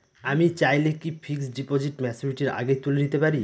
আমি চাইলে কি ফিক্সড ডিপোজিট ম্যাচুরিটির আগেই তুলে নিতে পারি?